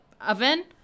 oven